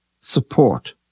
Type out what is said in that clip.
support